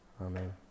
Amen